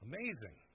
Amazing